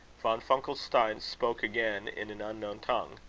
von funkelstein spoke again in an unknown tongue.